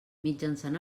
mitjançant